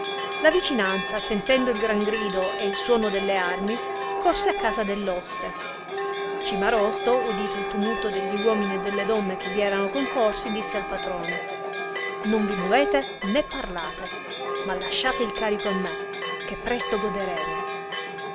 la vicinanza sentendo il gran grido e il suono delle armi corse a casa dell oste cimarosto udito il tumulto degli uomini e delle donne che vi erano concorsi disse al patrone non vi movete né parlate ma lasciate il carico a me che presto goderemo e